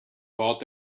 bought